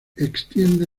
extiende